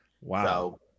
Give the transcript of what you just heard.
wow